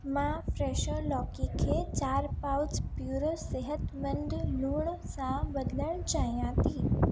मां फ्रैशो लौकी खे चारि पाउच प्यूरो सिहतमंदु लूण सां बदिलणु चाहियां थी